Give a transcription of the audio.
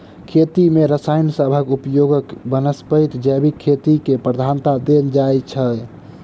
खेती मे रसायन सबहक उपयोगक बनस्पैत जैविक खेती केँ प्रधानता देल जाइ छै